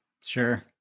Sure